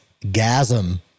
Gasm